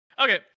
Okay